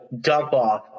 dump-off